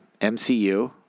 MCU